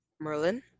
Merlin